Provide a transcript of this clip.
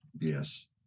Yes